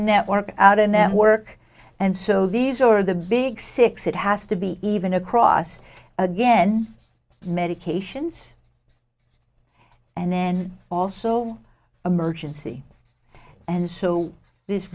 network out and them work and so these are the big six it has to be even across again medications and then also emergency and so this